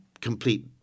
complete